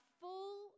full